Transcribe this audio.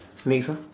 next ah